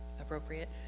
appropriate